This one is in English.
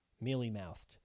mealy-mouthed